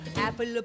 apple